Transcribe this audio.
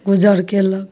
गुजर कयलक